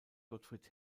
gottfried